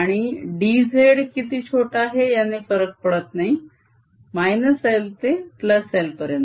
आणि dz किती छोटा आहे याने फरक पडत नाही L ते L पर्यंत